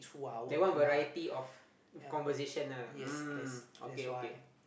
that one variety of conversation lah mm okay okay